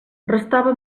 restava